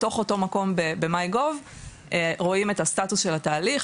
בתוך אותו מקום ב-my gov רואים את הסטטוס של התהליך,